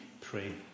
pray